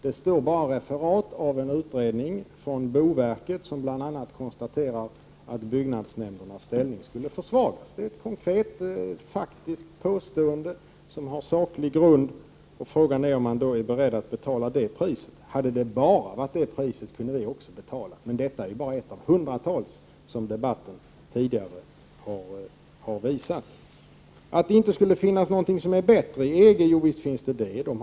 Där finns ett referat av en utredning från boverket som bl.a. konstaterar att byggnadsnämndernas ställning skulle försvagas. Det är ett konkret påstående som har saklig grund, och frågan är om man är beredd att betala det priset. Hade det bara varit det priset, kunde vi också ha betalat det, men detta är bara ett av hundratals, som debatten tidigare har visat. Så till att jag skulle ha sagt att det inte finns någonting som är bättre i EG. Jo, visst finns det sådant som är bättre.